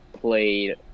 played